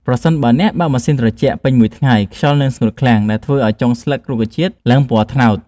ប្រសិនបើអ្នកបើកម៉ាស៊ីនត្រជាក់ពេញមួយថ្ងៃ ខ្យល់នឹងស្ងួតខ្លាំង ដែលធ្វើឱ្យចុងស្លឹករុក្ខជាតិឡើងពណ៌ត្នោត។